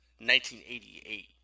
1988